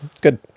Good